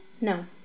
No